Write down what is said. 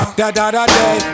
Da-da-da-day